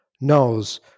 knows